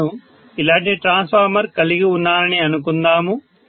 నేను ఇలాంటి ట్రాన్స్ఫార్మర్ కలిగి ఉన్నానని అనుకుందాము